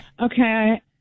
Okay